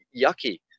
yucky